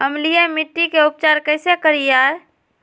अम्लीय मिट्टी के उपचार कैसे करियाय?